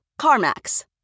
CarMax